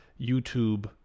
YouTube